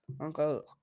Uncle